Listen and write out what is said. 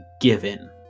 given